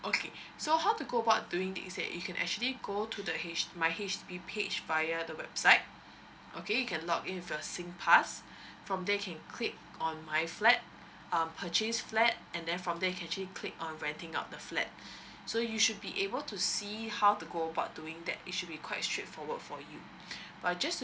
okay so how to go about doing this is that you can actually go to the H my H_D_B page via the website okay you can log in with your singpass from there you can click on my flat um purchase flat and then from there you can actually click on renting out the flat so you should be able to see how to go about doing that it should be quite straightforward for you but I just